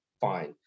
fine